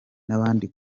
n’andi